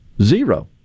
zero